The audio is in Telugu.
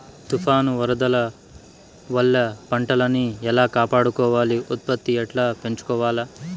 తుఫాను, వరదల వల్ల పంటలని ఎలా కాపాడుకోవాలి, ఉత్పత్తిని ఎట్లా పెంచుకోవాల?